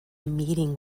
meeting